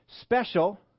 special